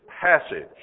passage